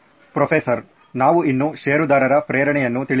professor ನಾವು ಇನ್ನೂ ಷೇರುದಾರರ ಪ್ರೇರಣೆಯನ್ನು ತಿಳಿಸಿಲ್ಲ